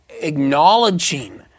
acknowledging